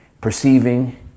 perceiving